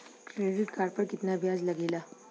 Credit card पर कितना ब्याज लगेला?